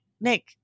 Nick